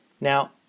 Now